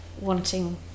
wanting